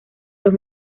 los